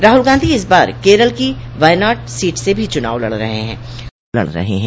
राहुल गांधी इस बार केरल की वायनाड सीट से भी चुनाव लड़ रहे हैं